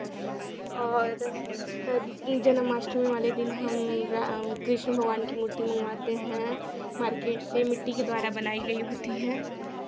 और जन्माष्टमी वाले दिन हम रा कृष्ण भगवान की मूर्ति मंगवाते हैं मार्केट से मिट्टी के द्वारा बनाई गई होती है